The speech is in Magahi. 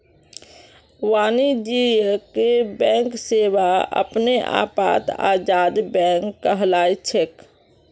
वाणिज्यिक बैंक सेवा अपने आपत आजाद बैंक कहलाछेक